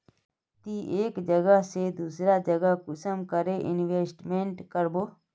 ती एक जगह से दूसरा जगह कुंसम करे इन्वेस्टमेंट करबो?